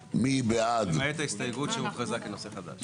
למעט ההסתייגות שהוכרזה כנוסח חדש